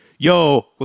Yo